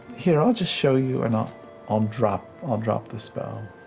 here, i'll just show you. and i'll um drop um drop the spell.